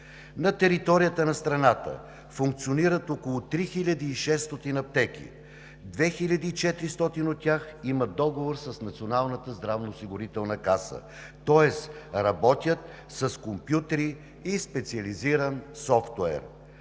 На територията на страната функционират около 3600 аптеки. От тях 2400 имат договор с Националната здравноосигурителна каса, тоест работят с компютри и специализиран софтуер.